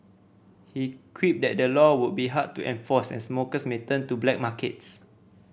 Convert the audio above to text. he quipped that the law would be hard to enforce and smokers may turn to black markets